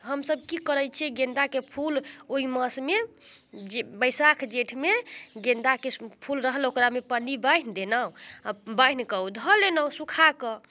तऽ हमसब कि करै छिए गेन्दाके फूल ओहि मासमे जे बैसाख जेठमे गेन्दाके फूल रहलक ओकरामे पन्नी बन्हि देलहुँ आओर बान्हिकऽ ओ धऽ लेलहुँ सुखाकऽ